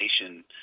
nation